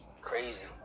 Crazy